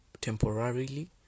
temporarily